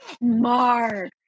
Mark